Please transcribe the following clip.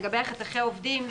לגבי חתכי עובדים,